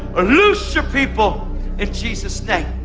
loose your people in jesus' name.